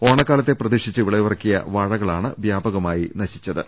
ഓണക്കാലത്തെ പ്രതീക്ഷിച്ച് വിളവിറക്കിയ വാഴകളാണ് വ്യാപകമായി നശിച്ചത്